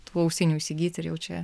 tų ausinių įsigyt ir jau čia